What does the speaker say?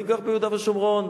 ואני גר ביהודה ושומרון,